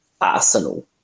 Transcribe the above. Arsenal